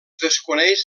desconeix